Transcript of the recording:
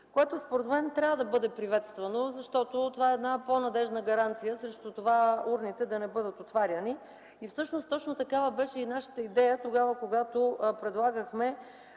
Това според мен трябва да бъде приветствано, защото е една по-надеждна гаранция срещу това урните да не бъдат отваряни. Точно такава беше и нашата идея, когато предлагахме